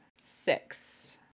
Six